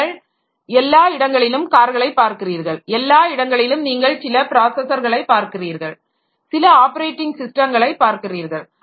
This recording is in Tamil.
நீங்கள் எல்லா இடங்களிலும் கார்களை பார்க்கிறீர்கள் எல்லா இடங்களிலும் நீங்கள் சில ப்ராஸஸர்களை பார்க்கிறீர்கள் சில ஆப்பரேட்டிங் ஸிஸ்டங்களை பார்க்கிறீர்கள்